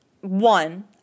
one